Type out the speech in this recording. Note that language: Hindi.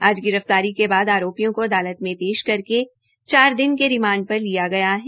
आज गिरफ्तारी के बाद आरोपियों को अदालत में पेश करके चार दिन का रिमांड पर लिया गया है